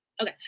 okay